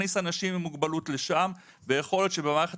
נכניס אנשים עם מוגבלות לשם ויכול להיות שבמערכת